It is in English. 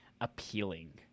appealing